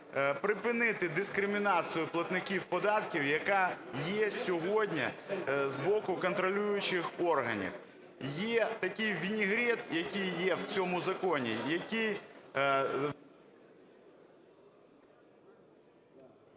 припинити дискримінацію платників податків, яка є сьогодні з боку контролюючих органів. Є такий "вінегрет", який є в цьому законі, який…